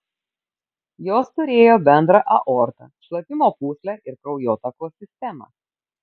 jos turėjo bendrą aortą šlapimo pūslę ir kraujotakos sistemą